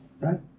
right